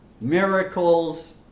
miracles